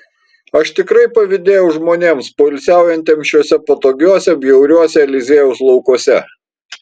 aš tikrai pavydėjau žmonėms poilsiaujantiems šiuose patogiuose bjauriuose eliziejaus laukuose